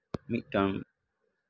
ᱢᱤᱫᱴᱟᱝ